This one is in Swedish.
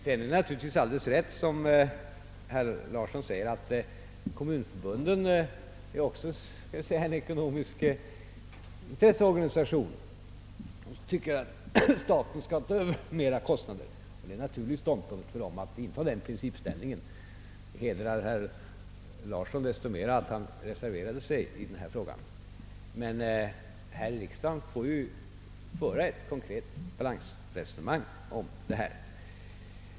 Det är naturligtvis alldeles rätt som herr Larsson säger att kommunförbunden är en ekonomisk intresseorganisation som anser att staten skall överta mera kostnader. Det är en naturlig ståndpunkt för dem att inta den principställningen; det hedrar herr Larsson att han reserverade sig i denna fråga. Här i riksdagen bör vi emellertid föra ett konkret balansresonemang om detta.